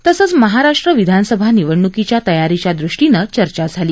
तसंच महाराष्ट्र विधानसभा निवडणुकीच्या तयारीच्या दृष्टीने चर्चा झाली